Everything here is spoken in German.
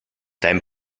deinem